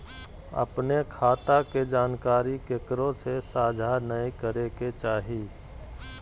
अपने खता के जानकारी केकरो से साझा नयय करे के चाही